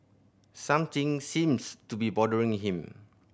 something seems to be bothering him